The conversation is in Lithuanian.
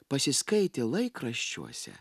pasiskaitė laikraščiuose